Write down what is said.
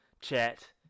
chat